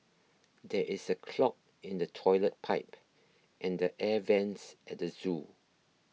there is a clog in the Toilet Pipe and the Air Vents at the zoo